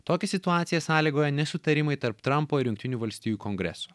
tokią situacija sąlygoja nesutarimai tarp trampo ir jungtinių valstijų kongreso